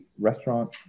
restaurant